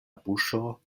buŝo